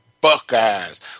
Buckeyes